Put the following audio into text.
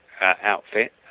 outfit